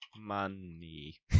money